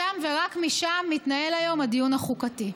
משם ורק משם מתנהל היום הדיון החוקתי.